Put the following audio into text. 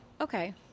Okay